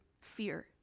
fear